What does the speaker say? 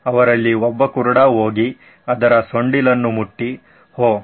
ಅವರಲ್ಲಿ ಒಬ್ಬ ಕುರುಡ ಹೋಗಿ ಅದರ ಸೊಂಡಿಲನ್ನು ಮುಟ್ಟಿ ಓಹ್